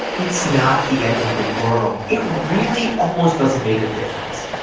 it's not the end of the world. it really almost doesn't make a difference.